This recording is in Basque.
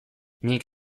nik